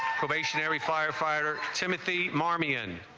firefighter timothy, marmi and